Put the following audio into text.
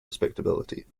respectability